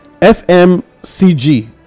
fmcg